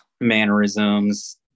mannerisms